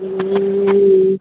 ए